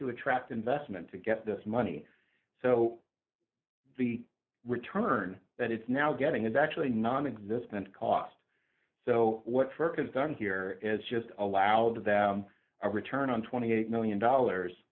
to attract investment to get this money so the return that it's now getting is actually nonexistent cost so what firkins done here is just allow them to return on twenty eight million dollars